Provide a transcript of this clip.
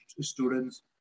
students